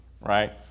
right